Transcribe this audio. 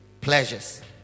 pleasures